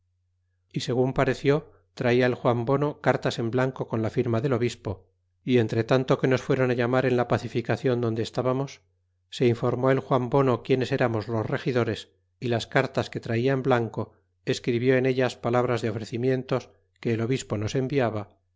y segun pareció traia el juan bono cartas en blanco con la firma del obispo y entre tanto que nos fuéron á llamar en la pacificacion donde estábamos se informó el juan bono quien eramos los regidores y las cartas que traia en blanco escribió en ellas palabras de ofrecimientos que el obispo dos enviaba